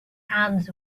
hands